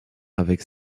avec